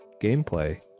gameplay